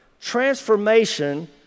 transformation